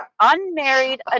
unmarried